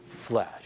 flesh